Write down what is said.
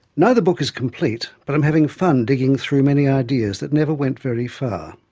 neither book is complete, but i'm having fun digging through many ideas that never went very far.